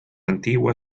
antigua